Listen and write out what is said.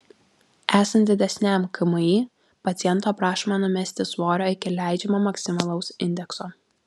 esant didesniam kmi paciento prašoma numesti svorio iki leidžiamo maksimalaus indekso